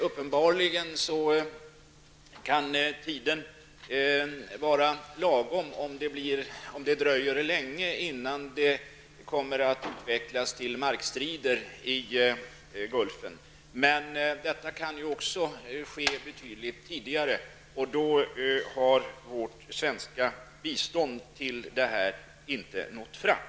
Uppenbarligen kan tiden vara lagom om det dröjer länge innan det blir fråga om markstrider i Gulfen. Men det kan ju också ske betydligt tidigare, och då kommer det svenska biståndet till projektet inte att ha nått fram.